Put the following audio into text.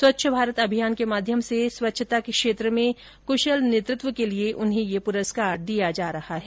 स्वच्छ भारत अभियान के माध्यम से स्वच्छता क्षेत्र में कुशल नेतृत्व के लिए उन्हें यह पुरस्कार दिया जा रहा है